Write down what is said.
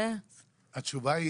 התשובה היא